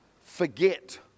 forget